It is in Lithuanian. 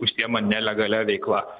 užsiima nelegalia veikla